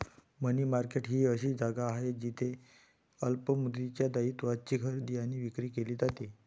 मनी market ही अशी जागा आहे जिथे अल्प मुदतीच्या दायित्वांची खरेदी आणि विक्री केली जाते